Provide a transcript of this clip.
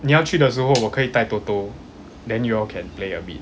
你要去的时候我可以带 toto then you all can play a bit